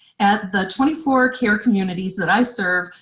at the twenty four care communities that i serve,